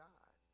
God